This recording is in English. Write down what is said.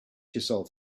yourself